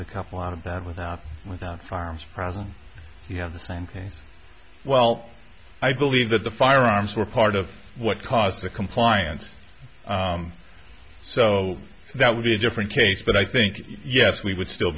the cuff a lot of that without without farms present you have the same case well i believe that the firearms were part of what caused the compliance so that would be a different case but i think yes we would still